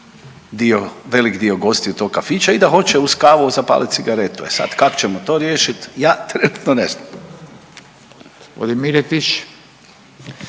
velik dio gostiju tog kafića i da hoće uz kavu zapalit cigaretu. E sad kak ćemo to riješit, ja trenutno ne znam.